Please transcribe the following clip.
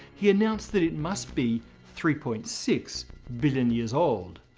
he announced that it must be three point six billion years old.